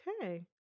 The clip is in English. Okay